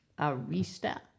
Arista